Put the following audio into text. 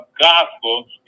gospel